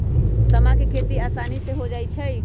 समा के खेती असानी से हो जाइ छइ